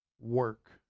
work